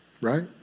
Right